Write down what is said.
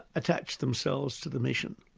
attached themselves to the mission.